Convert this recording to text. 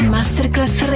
Masterclass